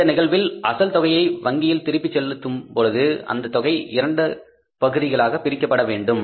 இந்த நிகழ்வில் அசல் தொகையை வங்கியில் திருப்பி செலுத்தும் பொழுது அந்த தொகை இரண்டாக பிரிக்கப்பட வேண்டும்